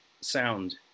sound